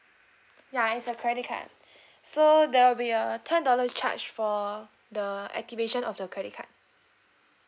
ya it's a credit card so there will be a ten dollar charge for the activation of the credit card